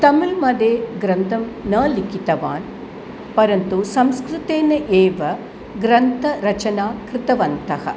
तमिल् मध्ये ग्रन्थं न लिखितवान् परन्तु संस्कृतेन एव ग्रन्थरचनां कृतवन्तः